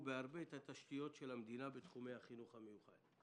בהרבה את תשתיות המדינה בתחומי החינוך המיוחד.